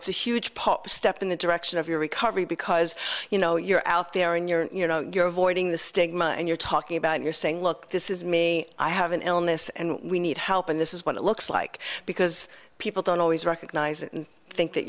it's a huge pop step in the direction of your recovery because you know you're out there in your you know you're avoiding the stigma and you're talking about you're saying look this is me i have an illness and we need help and this is what it looks like because people don't always recognize it and think that